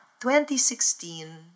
2016